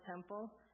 temple